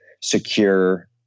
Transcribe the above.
secure